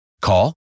Call